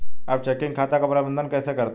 आप चेकिंग खाते का प्रबंधन कैसे करते हैं?